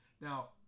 Now